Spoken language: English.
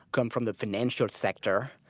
come from the financial sector.